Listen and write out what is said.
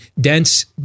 dense